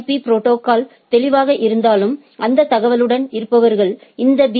பீ protocol எதுவாக இருந்தாலும் அந்த தகவல்களுடன் இருப்பவர்கள் இந்த பி